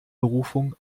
berufung